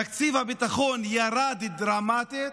תקציב הביטחון ירד דרמטית,